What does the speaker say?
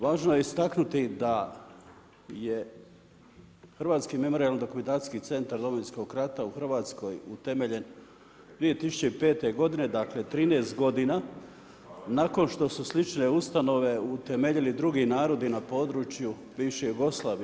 Važno je istaknuti da je Hrvatski memorijalno-dokumentacijski centar Domovinskog rata u Hrvatskoj utemeljen 2005. godine, dakle 13 godina nakon što su slične ustanove utemeljili drugi narodi na području bivše Jugoslavije.